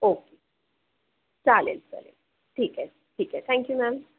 okay चालेल चालेल ठीक आहे ठीक आहे थँक यू मॅम